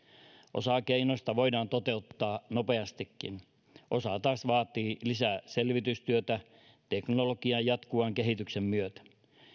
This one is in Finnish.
osa keinoista voidaan toteuttaa nopeastikin osa taas vaatii lisää selvitystyötä teknologian jatkuvan kehityksen myötä